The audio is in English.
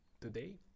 today